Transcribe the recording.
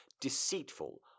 deceitful